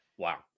Wow